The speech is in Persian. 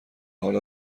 حال